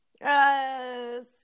Yes